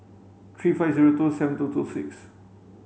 three five zero two seven two two six